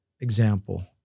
Example